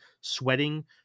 sweating